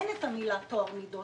אין את המלה טוהר מידות.